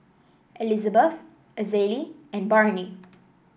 Elizabeth Azalee and Barnie